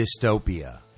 dystopia